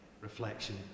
reflection